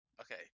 Okay